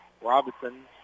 Robinson